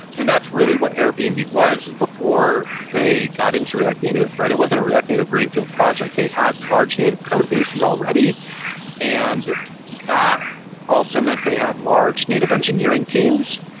and that's really what airbnb was was before they got into react native, right? it wasn't a react native greenfield project. they had large native code bases already and that also meant they had large native engineering teams.